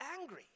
angry